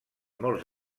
molts